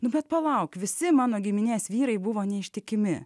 nu bet palauk visi mano giminės vyrai buvo neištikimi